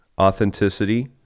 authenticity